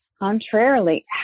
contrarily